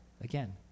again